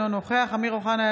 אינו נוכח אמיר אוחנה,